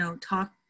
talk